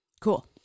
Cool